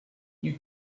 you